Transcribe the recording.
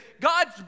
God's